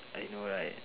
I know right